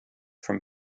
from